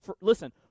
Listen